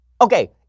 Okay